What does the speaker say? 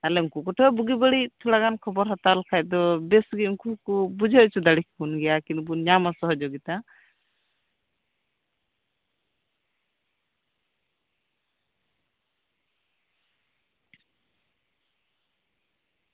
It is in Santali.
ᱵᱩᱜᱤ ᱵᱟᱹᱲᱤᱡ ᱛᱷᱚᱲᱟ ᱜᱟᱱ ᱠᱷᱚᱵᱚᱨ ᱦᱟᱛᱟᱣ ᱞᱮᱠᱷᱟᱱ ᱫᱚ ᱩᱱᱠᱩ ᱦᱚᱸᱠᱚ ᱵᱩᱡᱷᱟᱹᱣ ᱦᱚᱪᱚ ᱠᱮᱵᱚᱱ ᱠᱮᱭᱟ ᱡᱮ ᱧᱟᱢᱟᱵᱚᱱ ᱥᱚᱦᱚᱡᱳᱜᱤᱛᱟ